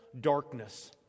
darkness